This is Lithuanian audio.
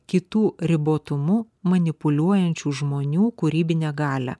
kitų ribotumu manipuliuojančių žmonių kūrybinę galią